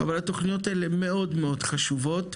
אבל התכניות האלה מאוד מאוד חשובות.